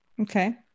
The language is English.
Okay